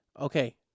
Okay